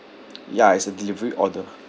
ya it's a delivery order